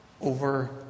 over